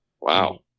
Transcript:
Wow